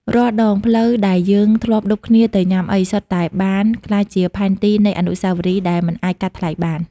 រាល់ដងផ្លូវដែលយើងធ្លាប់ឌុបគ្នាទៅញ៉ាំអី សុទ្ធតែបានក្លាយជាផែនទីនៃអនុស្សាវរីយ៍ដែលមិនអាចកាត់ថ្លៃបាន។